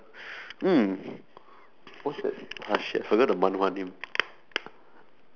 what's that ah shit I don't know the manhwa name